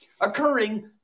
occurring